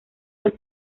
los